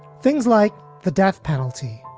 things like the death penalty,